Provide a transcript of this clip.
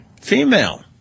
Female